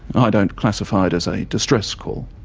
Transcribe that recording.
i don't classify it as a distress call.